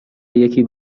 یکی